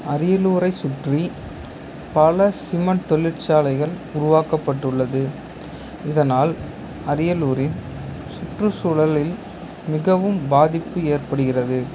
அரியலூரை சுற்றி பல சிமெண்ட் தொழிற்சாலைகள் உருவாக்கப்பட்டுள்ளது இதனால் அரியலூரில் சுற்றுசூழலில் மிகவும் பாதிப்பு ஏற்படுகிறது